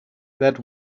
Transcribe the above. that